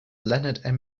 leonard